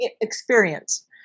experience